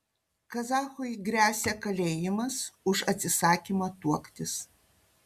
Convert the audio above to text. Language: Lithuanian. kazachui gresia kalėjimas už atsisakymą tuoktis